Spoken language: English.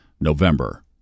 November